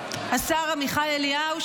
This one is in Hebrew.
השר עמיחי אליהו,